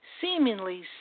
seemingly